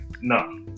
no